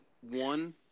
one